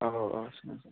औ औ सार